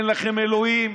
אין לכם אלוהים,